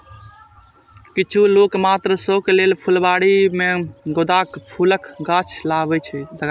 किछु लोक मात्र शौक लेल फुलबाड़ी मे गेंदाक फूलक गाछ लगबै छै